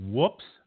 Whoops